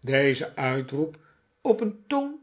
dezen uitroep op een toon